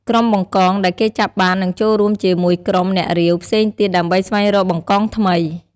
ក្រុមបង្កងដែលគេចាប់បាននឹងចូលរួមជាមួយក្រុម អ្នករាវ ផ្សេងទៀត ដើម្បីស្វែងរក បង្កងថ្មី។